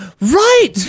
Right